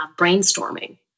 brainstorming